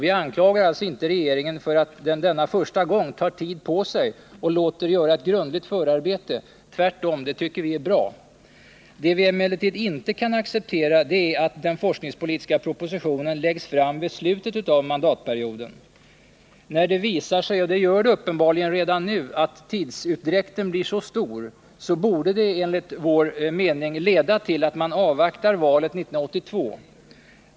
Vi anklagar alltså inte regeringen för att den denna första gång tar tid på sig och låter göra ett grundligt förarbete — tvärtom, det tycker vi är bra. Det vi emellertid inte kan acceptera är att den forskningspolitiska propositionen läggs fram vid slutet av mandatperioden. När det visar sig — och det gör det uppenbarligen redan nu — att tidsutdräkten blir så stor, borde det enligt vår mening leda till att man avvaktar valet 1982.